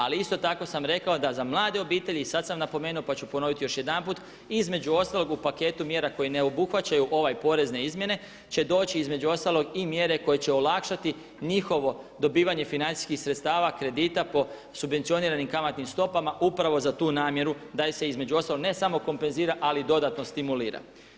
Ali isto tako sam rekao da za mlade obitelji i sad sam napomenuo pa ću ponoviti još jedanput između ostalog u paketu mjera koji ne obuhvaćaju ove porezne izmjene će doći između ostalog i mjere koje će olakšati njihovo dobivanje financijskih sredstava kredita po subvencioniranim kamatnim stopama upravo za tu namjeru da se između ostalog ne samo kompenzira ali dodatno stimulira.